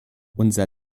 unser